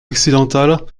occidental